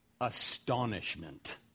astonishment